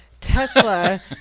Tesla